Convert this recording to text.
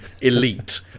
elite